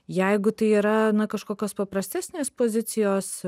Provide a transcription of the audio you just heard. jeigu tai yra kažkokios paprastesnės pozicijos